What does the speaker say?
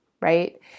right